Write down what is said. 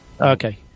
okay